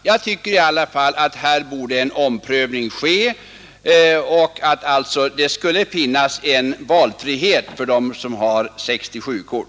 Jag tycker därför att en omprövning borde ske och att det skulle finnas valfrihet för dem som har 67-kort.